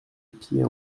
pied